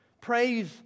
Praise